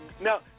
Now